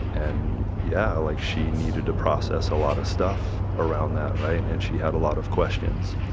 and yeah. like she needed to process a lot of stuff around that, right? and she had a lot of questions.